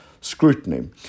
scrutiny